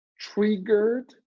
triggered